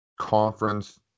conference